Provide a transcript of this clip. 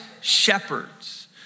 shepherds